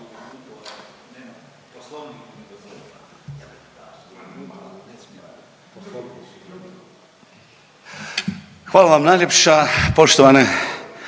Hvala najljepša poštovani